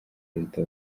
perezida